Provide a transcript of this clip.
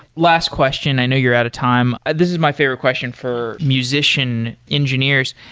last question, i know you're out of time. this is my favorite question for musician engineers.